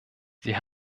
sie